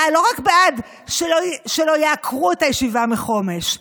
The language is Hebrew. לא רק בעד שלא יעקרו את הישיבה מחומש,